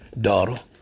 daughter